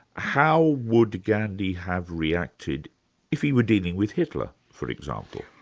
how would gandhi have reacted if he were dealing with hitler, for example?